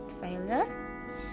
failure